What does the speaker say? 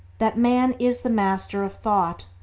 that man is the master of thought,